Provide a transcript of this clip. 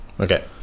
okay